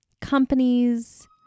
companies